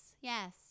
Yes